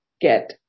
get